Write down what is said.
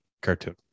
cartoon